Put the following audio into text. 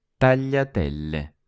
Tagliatelle